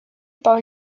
par